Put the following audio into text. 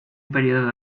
período